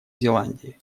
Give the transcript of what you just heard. зеландии